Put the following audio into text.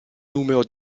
numero